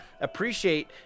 appreciate